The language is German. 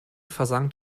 versank